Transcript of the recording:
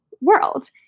world